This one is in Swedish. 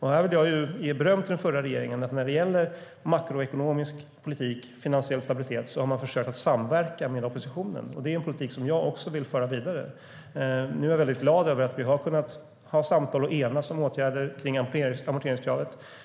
Här vill jag ge beröm till den förra regeringen, som försökte samverka med oppositionen när det gällde makroekonomisk politik och finansiell stabilitet. Det är en politik som jag vill föra vidare. Nu är jag väldigt glad över att vi har kunnat föra samtal och enas om åtgärder kring amorteringskravet.